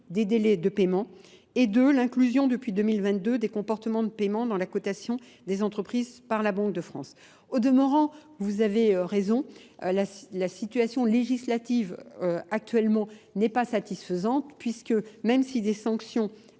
des délais de paiement et l'inclusion depuis 2022 des comportements de paiement dans la quotation des entreprises par la Banque de France. Au demeurant, vous avez raison, la situation législative actuellement n'est pas satisfaisante puisque même si des sanctions